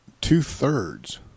two-thirds